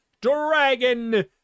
dragon